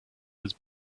was